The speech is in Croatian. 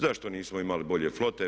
Zašto nismo imali bolje flote?